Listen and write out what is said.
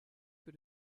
für